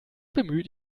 bemüht